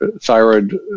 thyroid